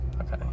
Okay